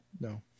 No